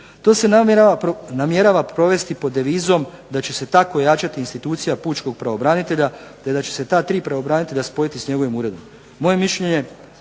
To se namjerava provesti pod devizom da će se tako ojačati institucija pučkog pravobranitelja te da će se ta tri pravobranitelja spojiti s njegovim uredom. Moje mišljenje